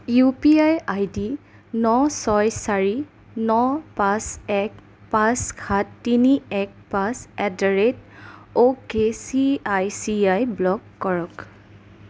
U P I ID ন ছয় চাৰি ন পাঁচ এক পাঁচ সাত তিনি এক পাঁচ at the rate okay C I C I block কৰক